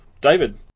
David